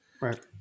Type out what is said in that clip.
Right